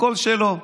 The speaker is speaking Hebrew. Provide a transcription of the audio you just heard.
הכול שלו.